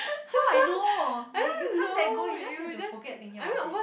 how I know you can't let go you just have to forget thinking about it